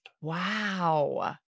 Wow